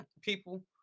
people